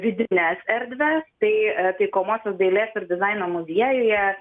vidines erdves tai taikomosios dailės ir dizaino muziejuje